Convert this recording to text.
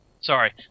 Sorry